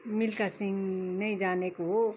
मिल्का सिंह नै जानेको हो